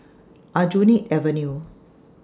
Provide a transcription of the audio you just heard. Aljunied Avenue